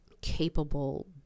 capable